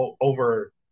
over